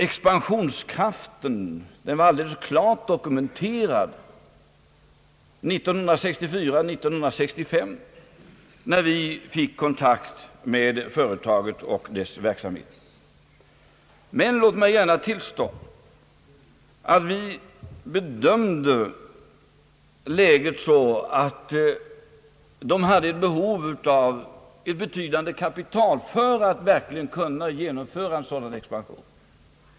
Expansionskraften var alltså klart dokumenterad 1964/65, när vi fick kontakt med företaget och dess verksamhet. Men låt mig gärna tillstå att vi bedömde läget så att de hade behov av ett betydande kapital för att verkligen kunna genomföra en sådan expansion.